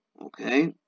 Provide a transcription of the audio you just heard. okay